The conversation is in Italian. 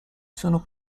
sono